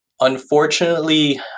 Unfortunately